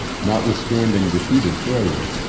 notwithstanding repeated failures,